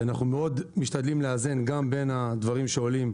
אנחנו מאוד משתדלים לאזן גם בין הדברים שעולים.